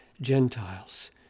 Gentiles